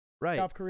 Right